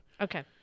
Okay